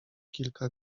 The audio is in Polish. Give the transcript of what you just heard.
kilka